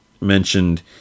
mentioned